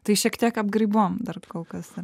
tai šiek tiek apgraibom dar kol kas